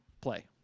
Play